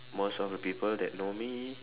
most of the people that know me